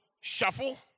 shuffle